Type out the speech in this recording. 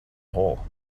hole